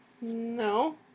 no